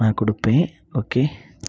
நான் கொடுப்பேன் ஓகே